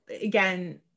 again